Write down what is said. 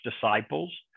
disciples